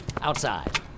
outside